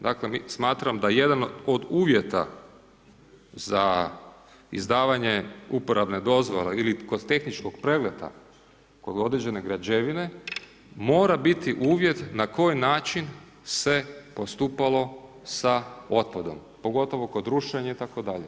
Dakle, smatram da jedan od uvjeta za izdavanje uporabne dozvole ili kod tehničkog pregleda kod određene građevine, mora biti uvjet na koji način se postupalo sa otpadom, pogotovo kod rušenja itd.